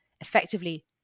effectively